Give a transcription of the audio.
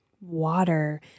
water